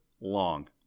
Long